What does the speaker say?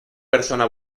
persona